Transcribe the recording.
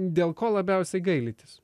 dėl ko labiausiai gailitės